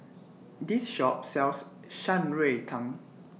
This Shop sells Shan Rui Tang